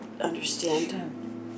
understand